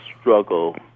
struggle